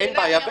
אין בעיה,